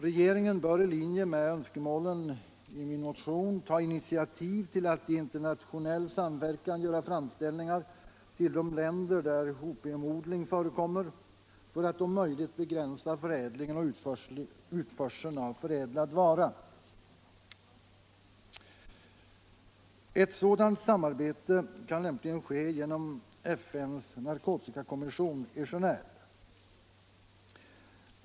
Regeringen bör i linje med önskemålen i min motion ta initiativ till att i internationell samverkan göra framställningar till de länder där opiumodling förekommer för att om möjligt begränsa förädlingen och utförseln av förädlad vara. Ett sådant samarbete kan lämpligen ske genom FN:s narkotikakommission i Genéve.